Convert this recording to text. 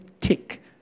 tick